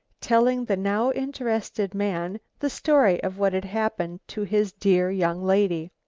telling the now interested man the story of what had happened to his dear young lady.